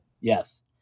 Yes